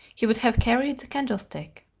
he would have carried the candlestick.